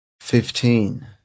fifteen